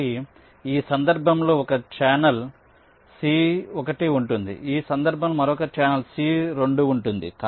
కాబట్టి ఈ సందర్భంలో ఒక ఛానల్ సి 1 ఉంటుంది ఈ సందర్భంలో మరొక ఛానల్ సి 2 ఉంటుంది